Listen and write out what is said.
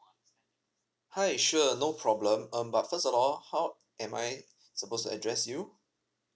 hi sure no problem um but first of all how am I suppose to address you